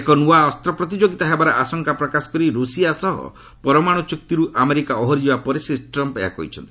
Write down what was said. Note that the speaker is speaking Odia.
ଏକ ନୂଆ ଅସ୍ତ୍ରପ୍ରତିଯୋଗିତା ହେବାର ଆଶଙ୍କା ପ୍ରକାଶ କରି ରୁଷିଆ ସହ ପରମାଣୁ ଚୁକ୍ତିରୁ ଆମେରିକା ଓହରିଯିବା ପରେ ଶ୍ରୀ ଟ୍ରମ୍ପ୍ ଏହା କହିଛନ୍ତି